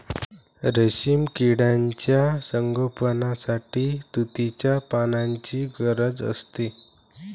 रेशीम किड्यांच्या संगोपनासाठी तुतीच्या पानांची गरज असते